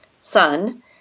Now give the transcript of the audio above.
son